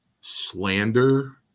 slander